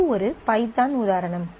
இது ஒரு பைதான் உதாரணம்